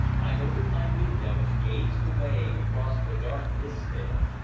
i opened my window and gazed away across the dark nithsdale,